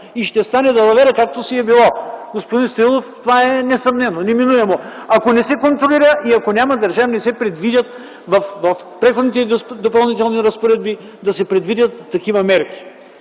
И ще стане далавера, както си е било. Господин Стоилов, това е несъмнено, неминуемо е, ако не се контролира и ако не се предвидят в Преходните и допълнителни разпоредби такива мерки.